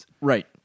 Right